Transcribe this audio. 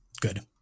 Good